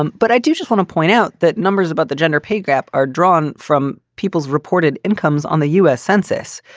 um but i do want to point out that numbers about the gender pay gap are drawn from people's reported incomes on the u s. census.